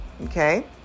Okay